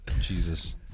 Jesus